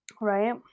Right